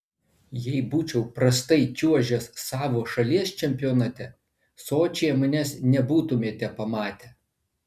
jei būčiau prastai čiuožęs savo šalies čempionate sočyje manęs nebūtumėte pamatę